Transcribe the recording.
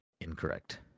Incorrect